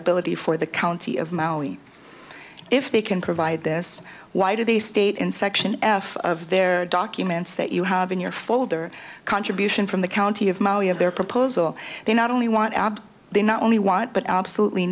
ability for the county of maui if they can provide this why did they state in section f there are documents that you have in your folder contribution from the county of ma of their proposal they not only want ab they not only want but absolutely